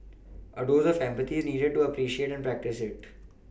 a dose of empathy is needed to appreciate and practice it